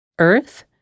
Earth